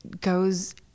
goes